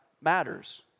matters